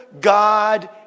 God